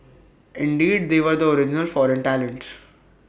indeed they were the original foreign talents